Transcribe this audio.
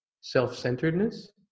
self-centeredness